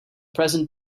present